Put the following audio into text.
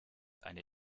eine